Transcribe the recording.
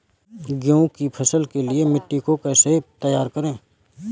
गेहूँ की फसल के लिए मिट्टी को कैसे तैयार करें?